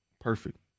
Perfect